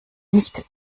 nicht